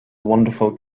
wonderful